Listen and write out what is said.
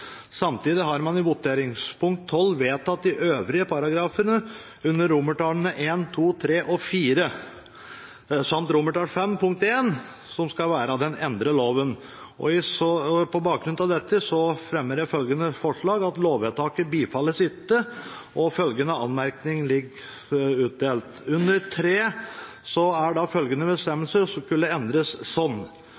Samtidig har man i voteringspunkt nr. 12 vedtatt de øvrige paragrafene under I, II, III og IV samt V 1., som skal være den endrede loven. På bakgrunn av dette fremmer jeg følgende forslag: «Lovvedtaket bifalles ikke. Anmerkning: Under III antas følgende bestemmelser å skulle endres slik: § 12 sjuende og